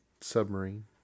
Submarine